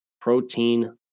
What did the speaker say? protein